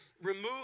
remove